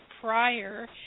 prior